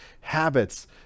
habits